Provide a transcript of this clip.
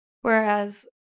Whereas